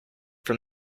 from